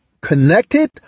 connected